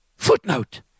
Footnote